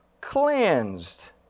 cleansed